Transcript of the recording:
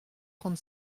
trente